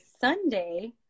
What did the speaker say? Sunday